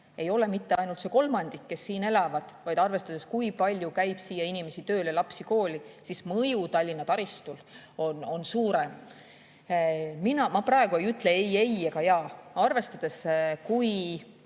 ei tulene mitte ainult selles kolmandikust, kes siin elavad, vaid arvestades, kui palju käib siia inimesi tööle ja lapsi kooli, on Tallinna taristu mõju suurem. Ma praegu ei ütle ei ei ega jaa. Arvestades, kui